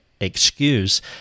excuse